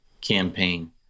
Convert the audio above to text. campaign